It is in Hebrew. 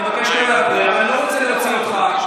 אני מבקש לא להפריע ואני לא רוצה להוציא אותך.